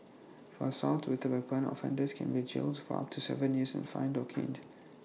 for assault with A weapon offenders can be jailed for up to Seven years and fined or caned